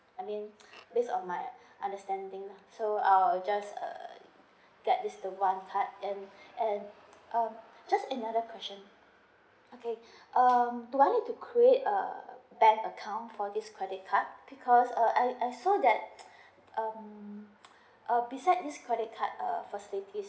I mean these are my understanding so I'll just err get this the one card then and uh just another question okay um do I need to create a bank account for this credit card because uh I I saw that um uh besides this credit card err facilities